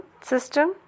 system